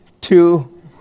two